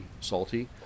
salty